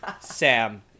Sam